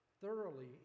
thoroughly